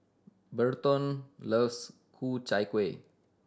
Berton loves Ku Chai Kuih